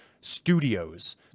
studios